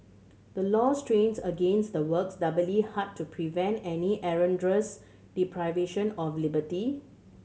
the law strains against the works doubly hard to prevent any erroneous deprivation of liberty